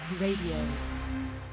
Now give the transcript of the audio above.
Radio